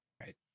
Right